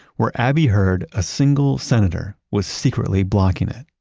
where abbey heard a single senator was secretly blocking it.